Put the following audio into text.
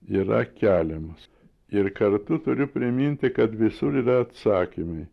yra keliamos ir kartu turiu priminti kad visur yra atsakymai